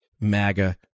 maga